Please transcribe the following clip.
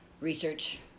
research